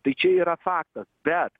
tai čia yra faktas bet